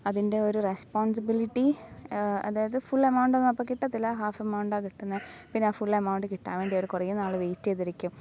അതിന്റെ ഒരു റെസ്പോൺസിബിലിറ്റി അതായത് ഫുൾ എമൗണ്ട് ഒന്നും അപ്പോൾ കിട്ടത്തില്ല ഹാഫ് എമൗണ്ടാണ് കിട്ടുന്നത് പിന്നാ ഫുൾ എമൗണ്ട് കിട്ടുന്നതിന് വേണ്ടി അവർ കുറേ നാൾ വെയ്റ്റ് ചെയ്തിരിക്കും